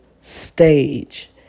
stage